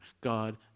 God